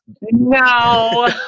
No